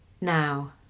Now